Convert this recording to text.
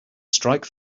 strike